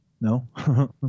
no